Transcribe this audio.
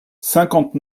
cinquante